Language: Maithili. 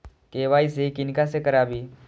के.वाई.सी किनका से कराबी?